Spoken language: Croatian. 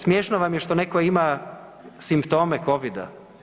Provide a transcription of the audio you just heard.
Smiješno vam je što netko ima simptome Covida?